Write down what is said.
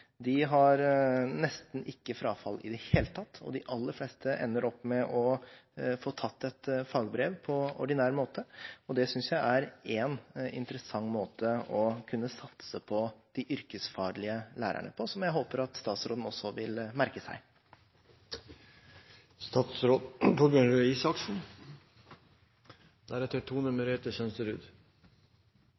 De har nesten ikke frafall i det hele tatt, og de aller fleste elevene ender opp med å få tatt et fagbrev på ordinær måte. Det synes jeg er en interessant måte å satse på de yrkesfaglige lærerne på som jeg håper at statsråden også vil merke seg.